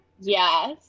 Yes